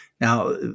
Now